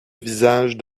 visage